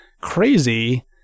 crazy